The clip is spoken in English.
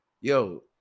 yo